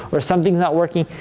or something's not working,